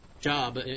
job